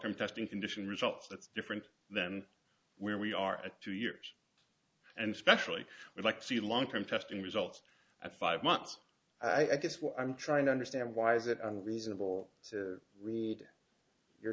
term testing condition results that's different than where we are in two years and especially we'd like to see long term testing results at five months i guess what i'm trying to understand why is it unreasonable to read your